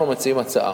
אנחנו מציעים הצעה